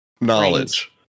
knowledge